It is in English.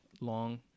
long